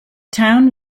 town